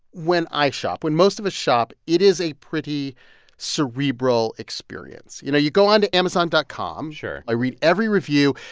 when i shop when most of us shop, it is a pretty cerebral experience. you know, you go on to amazon dot com sure i read every review.